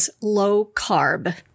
low-carb